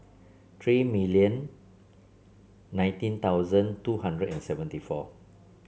three million nineteen thousand two hundred and seventy four